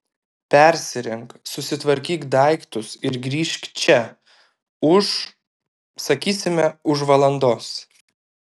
persirenk susitvarkyk daiktus ir grįžk čia už sakysime už valandos